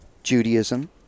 Judaism